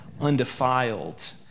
undefiled